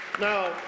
Now